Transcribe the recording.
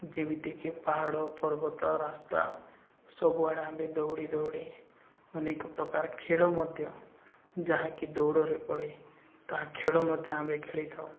ଯେମିତିକି ପାହାଡ଼ ପର୍ବତ ରାସ୍ତା ସବୁଆଡ଼େ ଆମେ ଦୌଡ଼ି ଦୌଡ଼ି ଅନେକ ପ୍ରକାର ଖେଳ ମଧ୍ୟ ଯାହାକି ଦୌଡ଼ରେ ପଡ଼େ ତାହା ଖେଳ ମଧ୍ୟ ଆମେ ଖେଳିଥାଉ